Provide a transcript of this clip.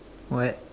what